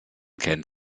kennt